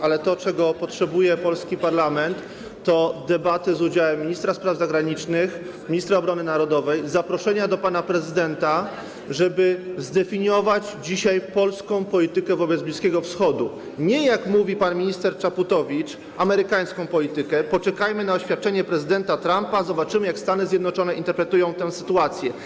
Ale tym, czego potrzebuje polski parlament, jest debata z udziałem ministra spraw zagranicznych, ministra obrony narodowej, zaproszenia do pana prezydenta, żeby zdefiniować dzisiaj polską politykę wobec Bliskiego Wschodu, a nie, jak mówi pan minister Czaputowicz, amerykańską politykę - poczekajmy na oświadczenie prezydenta Trumpa, zobaczymy, jak Stany Zjednoczone interpretują tę sytuację.